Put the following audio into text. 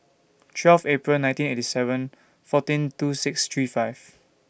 twelve April nineteen eighty seven fourteen two six three five